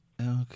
Okay